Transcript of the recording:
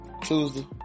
Tuesday